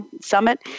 Summit